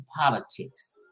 politics